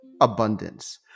abundance